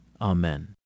Amen